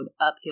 uphill